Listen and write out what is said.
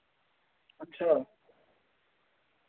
अच्छा